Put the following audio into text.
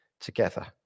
together